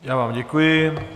Já vám děkuji.